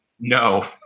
No